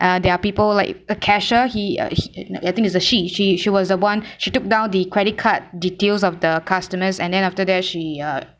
uh there are people like a cashier he uh no I think it's a she she she was the one she took down the credit card details of the customers and then after that she uh